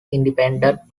independent